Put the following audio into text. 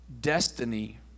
destiny